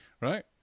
Right